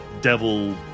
devil